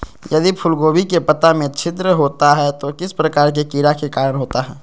यदि फूलगोभी के पत्ता में छिद्र होता है तो किस प्रकार के कीड़ा के कारण होता है?